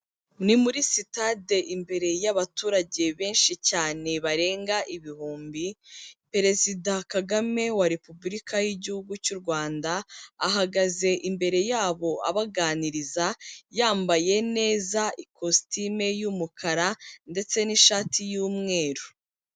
Ni muri sitade imbere y'abaturage benshi cyane barenga ibihumbi, Perezida Kagame wa Repubulika y'igihugu cy'u Rwanda ahagaze imbere yabo abaganiriza, yambaye neza ikositime y'umukara ndetse n'ishati y'umweru.